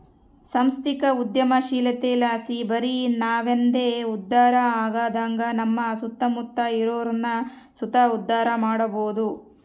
ಸಾಂಸ್ಥಿಕ ಉದ್ಯಮಶೀಲತೆಲಾಸಿ ಬರಿ ನಾವಂದೆ ಉದ್ಧಾರ ಆಗದಂಗ ನಮ್ಮ ಸುತ್ತಮುತ್ತ ಇರೋರ್ನು ಸುತ ಉದ್ಧಾರ ಮಾಡಬೋದು